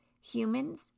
Humans